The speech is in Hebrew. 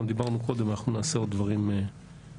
גם דיברנו קודם, אנחנו נעשה עוד דברים אחרים.